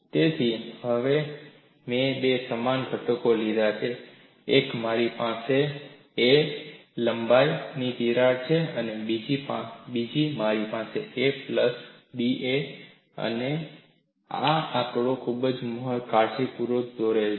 તેથિ હવે મેં બે સમાન ઘટકો લીધા છે એક તમારી પાસે લંબાઈ a ની તિરાડ છે બીજી તમારી પાસે લંબાઈ a પ્લસ da છે અને આ આંકડાઓ પણ ખૂબ કાળજીપૂર્વક દોરેલા છે